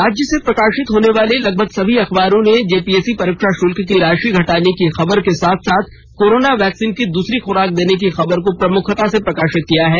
राज्य से प्रकाशित होने वाले लगभग सभी अखबारों ने जेपीएससी परीक्षा शुल्क की राशि घटाने की खबर के साथ साथ कोरोना वैक्सीन की दूसरी खुराक देने की खबर को प्रमुखता से प्रकाशित किया है